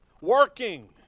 working